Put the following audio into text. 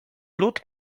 lód